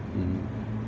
mm